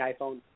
iPhone